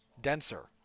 denser